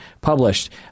published